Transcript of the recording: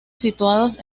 situados